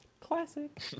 classic